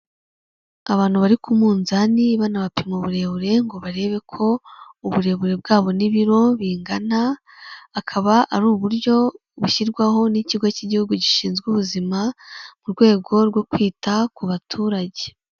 Abantu bari ku munzani banabapima uburebure ngo barebe ko uburebure bwabo n'ibiro bingana, akaba ari uburyo bushyirwaho n'Ikigo cy'Igihugu Gishinzwe Ubuzima, mu rwego rwo kwita ku baturage.